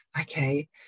okay